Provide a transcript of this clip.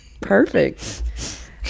Perfect